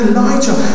Elijah